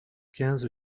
quinze